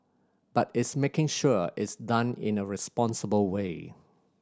but it's making sure it's done in a responsible way